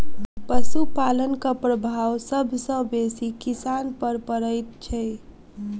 पशुपालनक प्रभाव सभ सॅ बेसी किसान पर पड़ैत छै